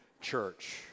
church